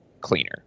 cleaner